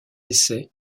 essais